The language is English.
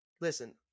listen